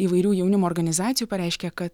įvairių jaunimo organizacijų pareiškė kad